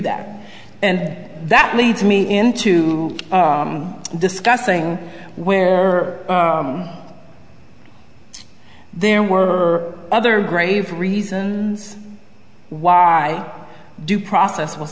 that and that leads me into discussing where there were other grave reasons why due process was